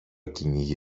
κυνήγι